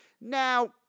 Now